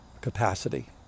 capacity